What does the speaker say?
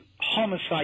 homicide